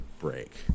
break